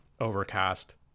overcast